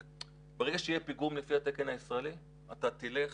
ברגע שיהיה פיגום לפי התקן הישראלי אתה תלך,